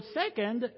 second